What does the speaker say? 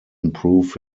improve